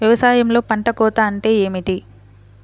వ్యవసాయంలో పంట కోత అంటే ఏమిటి?